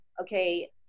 okay